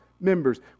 members